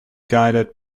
guided